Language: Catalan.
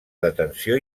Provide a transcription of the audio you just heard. detenció